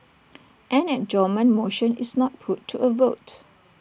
an adjournment motion is not put to A vote